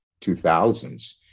2000s